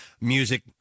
music